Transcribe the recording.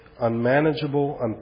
unmanageable